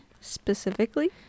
Specifically